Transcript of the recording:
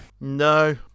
No